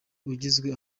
ugizwe